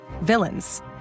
villains